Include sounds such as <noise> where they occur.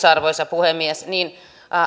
<unintelligible> arvoisa puhemies